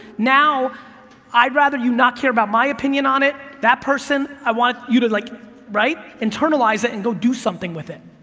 now i'd rather you not care about my opinion on it, that person, i want you to like internalize it and go do something with it.